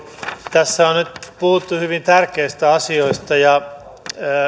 tässä on nyt puhuttu hyvin tärkeistä asioista ja